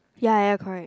ya ya ya correct